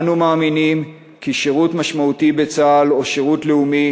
אנו מאמינים כי שירות משמעותי בצה"ל או שירות לאומי